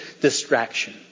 distraction